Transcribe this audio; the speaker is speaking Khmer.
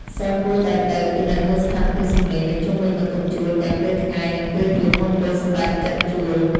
សិស្សគួរតែទៅពិនិត្យមើលស្ថានភាពសំឡេងនៅជុំវិញបន្ទប់ជួលទាំងពេលថ្ងៃនិងពេលយប់មុនពេលសម្រេចចិត្តជួល។